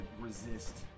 resist